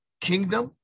Kingdom